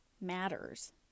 matters